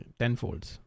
tenfolds